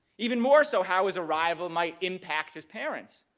even more so how his arrival might impact his parents.